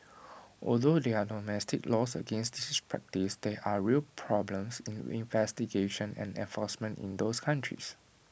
although there are domestic laws against this practice there are real problems in investigation and enforcement in those countries